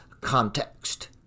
context